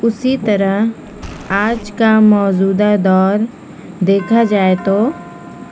اسی طرح آج کا موجودہ دور دیکھا جائے تو